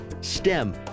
STEM